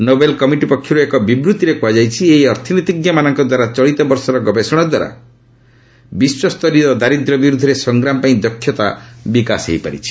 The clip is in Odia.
ନୋବେଲ୍ କମିଟି ପକ୍ଷର୍ ଏକ ବିବୃତ୍ତିରେ କୃହାଯାଇଛି ଏଇ ଅର୍ଥନୀତିଜ୍ଞମାନଙ୍କ ଦ୍ୱାରା ଚଳିତ ବର୍ଷର ଗବେଷଣା ଦ୍ୱାରା ବିଶ୍ୱ ସ୍ତରୀୟ ଦାରିଦ୍ର୍ୟ ବିରୁଦ୍ଧରେ ସଂଗ୍ରାମ ପାଇଁ ଦକ୍ଷତା ବିକାଶ ହୋଇପାରିଛି